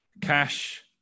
Cash